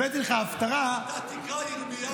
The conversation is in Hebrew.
הבאתי לך הפטרה --- תקרא מירמיהו.